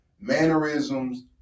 mannerisms